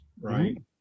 right